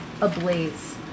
ablaze